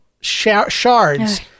shards